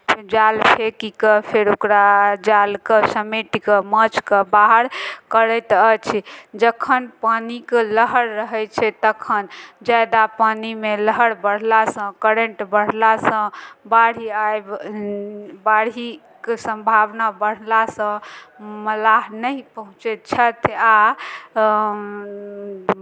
जाल फेकि कऽ फेर ओकरा जालकेँ समेटि कऽ माछकेँ बाहर करैत अछि जखन पानिक लहर रहै छै तखन ज्यादा पानिमे लहर बढ़लासँ करेंट बढ़लासँ बाढ़ि आबि बाढ़िक सम्भावना बढ़लासँ मल्लाह नहि पहुँचैत छथि आ